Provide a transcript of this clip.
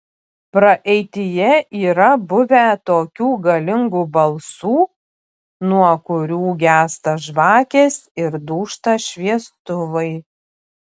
praeityje yra buvę tokių galingų balsų nuo kurių gęsta žvakės ir dūžta šviestuvai